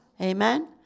Amen